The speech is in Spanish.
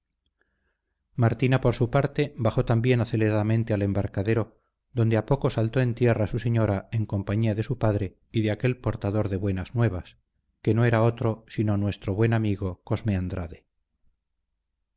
martina por su parte bajó también aceleradamente al embarcadero donde a poco saltó en tierra su señora en compañía de su padre y de aquel portador de buenas nuevas que no era otro sino nuestro buen amigo cosme andrade